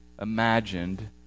imagined